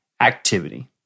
activity